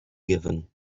given